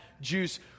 juice